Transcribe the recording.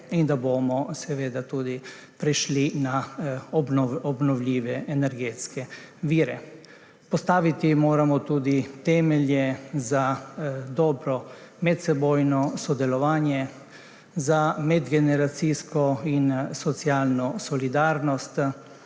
in da bomo prešli na obnovljive energetske vire. Postaviti moramo tudi temelje za dobro medsebojno sodelovanje, za medgeneracijsko in socialno solidarnost